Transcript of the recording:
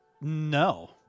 No